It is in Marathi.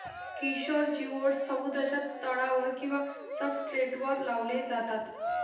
किशोर जिओड्स समुद्राच्या तळावर किंवा सब्सट्रेटवर लावले जातात